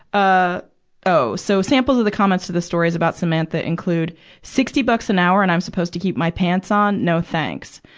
ah oh, so sample of the comments of the stories about samantha include sixty bucks and hour, and i'm supposed to keep my pants on? no thanks.